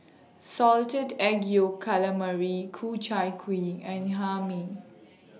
Salted Egg Yolk Calamari Ku Chai Kuih and Hae Mee